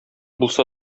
булса